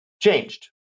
changed